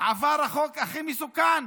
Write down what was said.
עבר החוק הכי מסוכן,